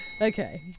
Okay